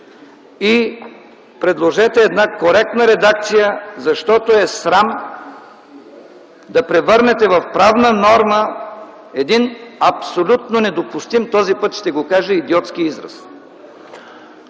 и предложете коректна редакция, защото е срам да превърнете в правна норма един абсолютно недопустим, този път ще го кажа „идиотски” израз.